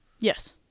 Yes